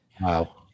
Wow